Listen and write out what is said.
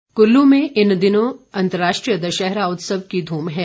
जलेब कुल्लू में इन दिनों अंतर्राष्ट्रीय दशहरा उत्सव की धूम है